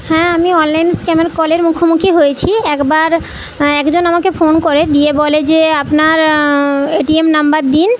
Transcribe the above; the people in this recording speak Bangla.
হ্যাঁ আমি অনলাইন স্ক্যামের কলের মুখোমুখি হয়েছি একবার একজন আমাকে ফোন করে দিয়ে বলে যে আপনার এটিএম নম্বর দিন